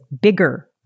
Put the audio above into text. bigger